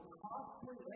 costly